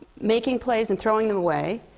making plays and throwing them away.